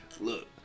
look